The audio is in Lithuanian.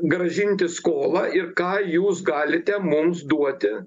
grąžinti skolą ir ką jūs galite mums duoti